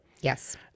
Yes